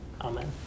Amen